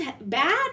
bad